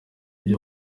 icyo